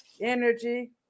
energy